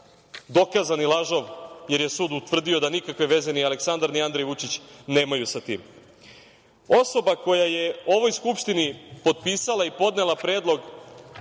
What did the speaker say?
dokazani lažov, jer je sud utvrdio da nikakve veze ni Aleksandar, ni Andrej Vučić nemaju sa tim. Osoba koja je ovoj Skupštini potpisala i podnela predlog